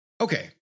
Okay